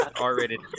R-rated